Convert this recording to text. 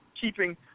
keeping